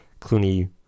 Clooney